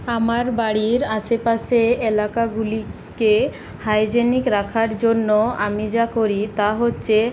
আমার বাড়ির আশেপাশে এলাকাগুলিকে হাইজেনিক রাখার জন্য আমি যা করি তা হচ্ছে